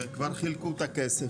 וכבר חילקו את הכסף.